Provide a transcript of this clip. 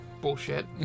bullshit